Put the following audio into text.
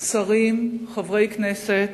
שרים, חברי הכנסת,